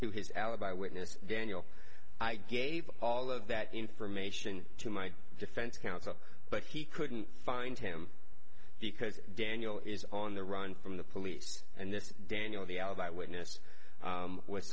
through his alibi witness daniel i gave all of that information to my defense counsel but he couldn't find him because daniel is on the run from the police and this is daniel the alibi witness with